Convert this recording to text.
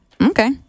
Okay